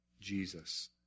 Jesus